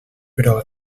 però